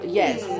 yes